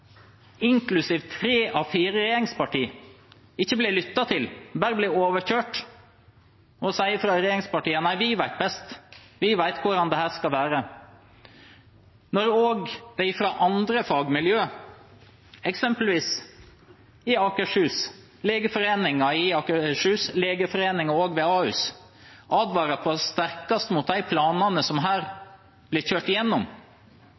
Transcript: inklusiv tre av fire regjeringspartier, blir ikke lyttet til, de blir bare overkjørt. Regjeringspartiene sier nei, vi vet best, vi vet hvordan dette skal være. Også andre fagmiljø, eksempelvis i Akershus, Legeforeningen i Akershus og også Legeforeningen ved Ahus, advarer på det sterkeste mot de planene som her blir kjørt igjennom.